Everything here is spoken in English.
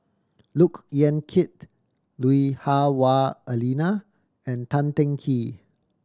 Look Yan Kit Lui Hah Wah Elena and Tan Teng Kee